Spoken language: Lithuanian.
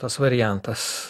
tas variantas